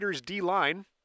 D-Line